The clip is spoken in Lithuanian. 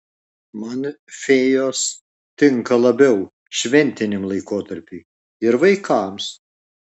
man fėjos tinka labiau šventiniam laikotarpiui ir vaikams